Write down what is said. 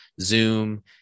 Zoom